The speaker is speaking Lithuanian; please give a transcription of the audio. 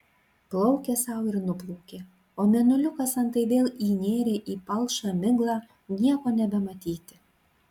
plaukė sau ir nuplaukė o mėnuliukas antai vėl įnėrė į palšą miglą nieko nebematyti